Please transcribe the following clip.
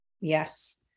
Yes